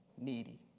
needy